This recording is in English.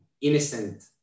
innocent